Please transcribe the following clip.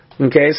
Okay